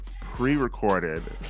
pre-recorded